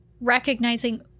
recognizing